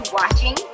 watching